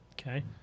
Okay